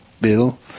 bill